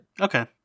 Okay